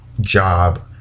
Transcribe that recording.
job